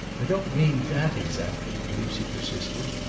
i don't mean that, exactly, lucy persisted.